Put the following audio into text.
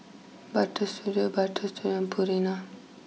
Butter Studio Butter Studio and Purina